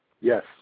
Yes